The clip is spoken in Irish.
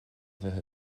bheith